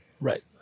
Right